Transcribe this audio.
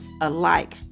alike